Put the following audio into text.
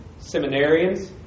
seminarians